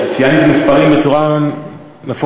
ציינתי מספרים בצורה מפורטת.